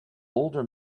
older